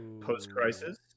Post-Crisis